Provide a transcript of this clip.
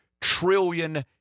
trillion